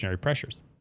pressures